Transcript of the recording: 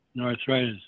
arthritis